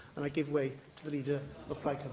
i give way to the leader of plaid